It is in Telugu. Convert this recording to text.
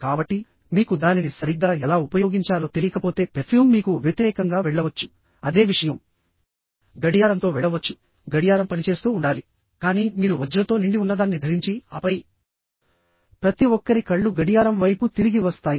కాబట్టి మీకు దానిని సరిగ్గా ఎలా ఉపయోగించాలో తెలియకపోతే పెర్ఫ్యూమ్ మీకు వ్యతిరేకంగా వెళ్ళవచ్చు అదే విషయం గడియారంతో వెళ్ళవచ్చు గడియారం పనిచేస్తూ ఉండాలి కానీ మీరు వజ్రంతో నిండి ఉన్నదాన్ని ధరించి ఆపై ప్రతి ఒక్కరి కళ్ళు గడియారం వైపు తిరిగి వస్తాయి